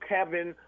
Kevin